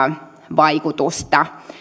vaikutusta